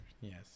Yes